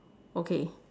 okay